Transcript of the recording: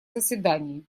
заседании